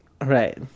Right